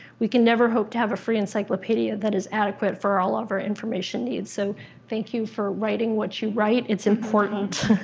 we can never hope to have a free encyclopedia that is adequate for all of our information needs. so thank you for writing what you write it's important.